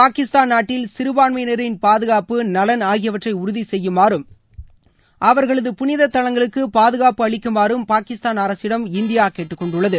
பாகிஸ்தான் நாட்டில் சிறபான்மயினரின் பாதுகாப்பு நலன் ஆகியவற்றை உறுதி செய்யுமாறம் அவர்களது புனித தலங்களுக்கு பாதுகாப்பு அளிக்குமாறும் பாகிஸ்தான் அரசிடம் இந்தியா கேட்டுக்கொண்டுள்ளது